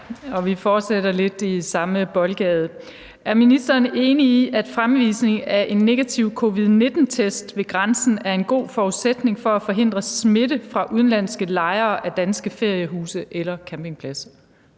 og vi fortsætter lidt i samme boldgade: Er ministeren enig i, at fremvisning af en negativ covid-19-test ved grænsen er en god forudsætning for at forhindre smitte fra udenlandske lejere af danske feriehuse eller campingpladser?